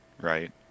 right